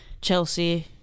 Chelsea